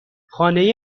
خانه